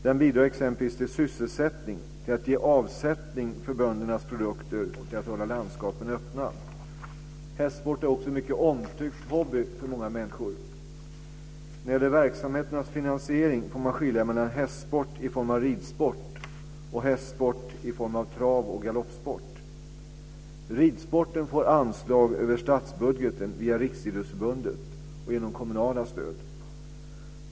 Den bidrar t.ex. till sysselsättning, till att ge avsättning för böndernas produkter och till att hålla landskapen öppna. Hästsport är också en omtyckt hobby för många människor. När det gäller verksamheternas finansiering får man skilja mellan hästsport i form av ridsport och hästsport i form av trav och galoppsport. Ridsporten får anslag över statsbudgeten, via Riksidrottsförbundet och genom kommunala stöd.